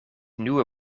nieuwe